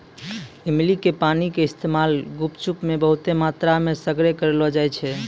इमली के पानी के इस्तेमाल गुपचुप मे बहुते मात्रामे सगरे करलो जाय छै